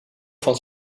van